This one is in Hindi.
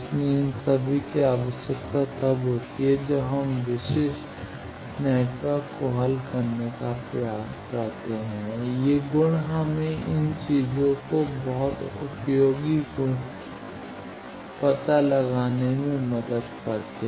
इसलिए इन सभी की आवश्यकता तब होती है जब हम विभिन्न विशेष नेटवर्क को हल करने का प्रयास करते हैं ये गुण हमें इन चीजों को यह बहुत उपयोगी गुण पता लगाने में मदद करते हैं